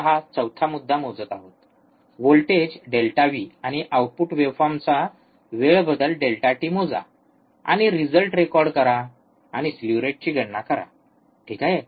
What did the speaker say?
आपण हा चौथा मुद्दा मोजत आहोत व्होल्टेज डेल्टा व्ही ∆V आणि आउटपुट वेव्हफॉर्मचा वेळ बदल डेल्टा टी ∆t मोजा आणि रिजल्ट रेकॉर्ड करा आणि स्लीव्ह रेटची गणना करा ठीक आहे